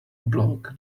block